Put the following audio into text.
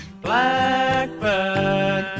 Blackbird